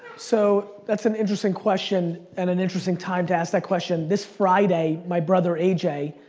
so that's an interesting question, and an interesting time to ask that question. this friday, my brother a j.